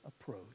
approach